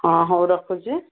ହଁ ହଉ ରଖୁଛି